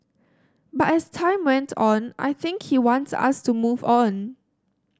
but as time went on I think he wants us to move on